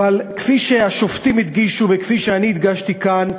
אבל כפי שהשופטים הדגישו, וכפי שאני הדגשתי כאן,